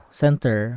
center